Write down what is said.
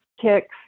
kicks